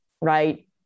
right